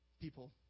people